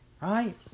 Right